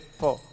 four